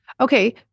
Okay